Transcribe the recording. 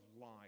life